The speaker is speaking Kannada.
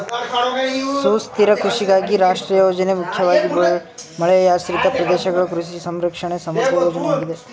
ಸುಸ್ಥಿರ ಕೃಷಿಗಾಗಿ ರಾಷ್ಟ್ರೀಯ ಯೋಜನೆ ಮುಖ್ಯವಾಗಿ ಮಳೆಯಾಶ್ರಿತ ಪ್ರದೇಶಗಳ ಕೃಷಿ ಸಂರಕ್ಷಣೆಯ ಸಮಗ್ರ ಯೋಜನೆಯಾಗಿದೆ